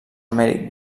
emèrit